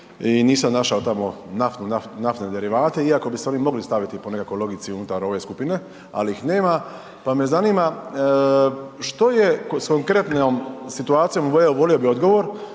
i nisam našao tamo naftne derivate iako bi se oni mogli staviti po nekakvoj logici unutar ove skupine, ali ih nema, pa me zanima što je s konkretnom situacijom, volio bih odgovor,